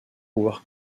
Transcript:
pouvoir